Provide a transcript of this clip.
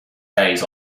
days